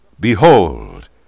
Behold